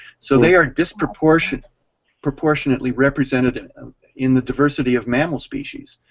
so they are disproportionally disproportionally represented in the diversity of mammal species.